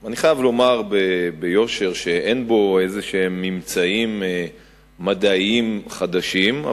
אני חייב לומר ביושר שאין בו איזה ממצאים מדעיים חדשים,